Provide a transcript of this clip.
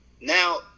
now